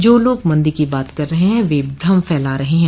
जो लोग मंदी की बात कर रहे हैं वह भ्रम फैला रहे हैं